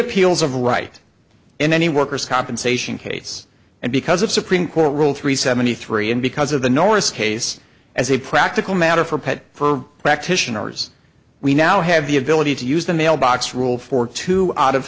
appeals of right in any worker's compensation case and because of supreme court rule three seventy three and because of the norris case as a practical matter for pet for practitioners we now have the ability to use the mailbox rule for two out of